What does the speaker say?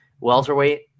welterweight